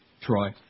Troy